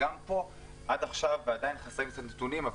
וגם פה עד עכשיו ועדיין חסרים לי את הנתונים.